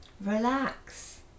Relax